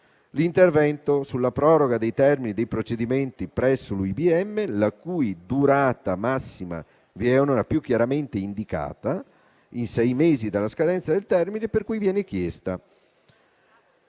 l'intervento sulla proroga dei termini dei procedimenti presso l'UIBM, la cui durata massima viene ora più chiaramente indicata in sei mesi dalla scadenza del termine per cui viene chiesta